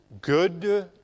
good